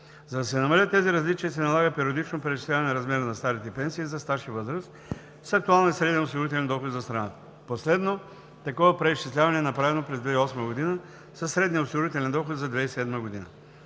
За да се намалят тези различия се налага периодично преизчисляване на размера на старите пенсии за осигурителен стаж и възраст с актуалния среден осигурителен доход за страната. Последното такова преизчисляване е направено през 2008 г. със средния осигурителен доход за 2007 г.